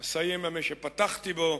אסיים במה שפתחתי בו: